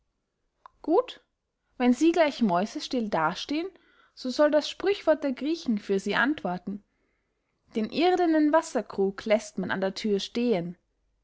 gut wenn sie gleich mäusestill da stehen so soll das sprüchwort der griechen für sie antworten den irdenen wasserkrug läßt man an der thür stehen